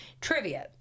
trivia